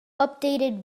updated